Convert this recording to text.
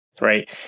Right